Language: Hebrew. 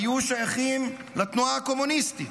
היו שייכים לתנועה הקומוניסטית.